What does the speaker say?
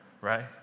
right